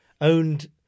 owned